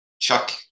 Chuck